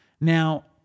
Now